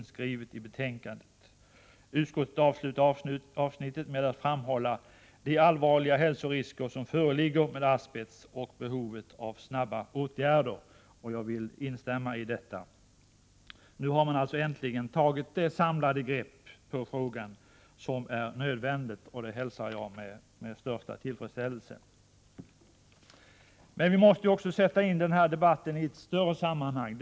Utskottet avslutar avsnittet med att framhålla de allvarliga hälsorisker som föreligger med asbest och understryka behovet av snabba åtgärder. Jag vill instämma i detta. Nu har man alltså äntligen tagit ett samlande grepp på frågan. Det är nödvändigt, och jag hälsar det med största tillfredsställelse. Men vi måste också sätta in denna debatt i ett större sammanhang.